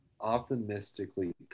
optimistically